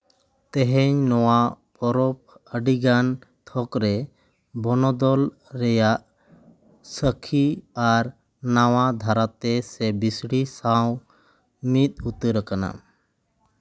ᱛᱮᱦᱮᱧ ᱱᱚᱣᱟ ᱯᱚᱨᱚᱵᱽ ᱟᱹᱰᱤᱜᱟᱱ ᱛᱷᱚᱠᱨᱮ ᱵᱚᱱᱚᱫᱚᱞ ᱨᱮᱭᱟᱜ ᱥᱟᱹᱠᱷᱤ ᱟᱨ ᱱᱟᱣᱟ ᱫᱷᱟᱨᱟᱛᱮ ᱥᱮ ᱵᱤᱥᱲᱤ ᱥᱟᱶ ᱢᱤᱫ ᱩᱛᱟᱹᱨ ᱟᱠᱟᱱᱟ